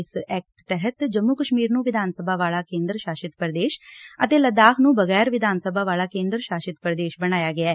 ਇਸ ਐਕਟ ਤਹਿਤ ਜੰਮੁ ਕਸ਼ਮੀਰ ਨੂੰ ਵਿਧਾਨਸਭਾ ਵਾਲਾ ਕੇਂਦਰ ਸ਼ਾਸਤ ਪ੍ਰਦੇਸ਼ ਅਤੇ ਲੱਦਾਖ ਨੂੰ ਬਗੈਰ ਵਿਧਾਨ ਸਭਾ ਵਾਲਾ ਕੇਂਦਰ ਸ਼ਾਸਤ ਪ੍ਰਦੇਸ਼ ਬਣਾਇਆ ਗਿਐ